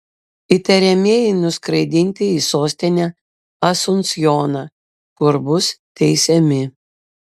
įtariamieji nuskraidinti į sostinę asunsjoną kur bus teisiami